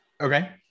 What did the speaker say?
Okay